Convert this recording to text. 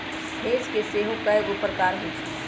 hedge के सेहो कएगो प्रकार होइ छै